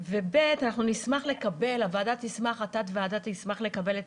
פשוט לעסוק בשיתוף פעולה, לראות